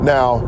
Now